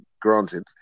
granted